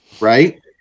Right